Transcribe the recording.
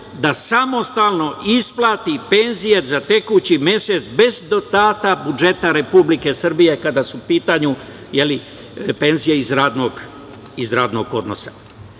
da samostalno isplati penzije za tekući mesec, bez dodatka budžeta Republike Srbije, kada su u pitanju penzije iz radnog odnosa. Bivša